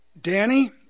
Danny